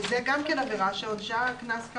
זה גם כן עבירה שעונשה קנס,